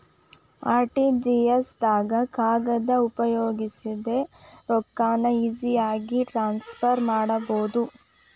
RTGS ದಾಗ ಕಾಗದ ಉಪಯೋಗಿಸದೆ ರೊಕ್ಕಾನ ಈಜಿಯಾಗಿ ಟ್ರಾನ್ಸ್ಫರ್ ಮಾಡಬೋದು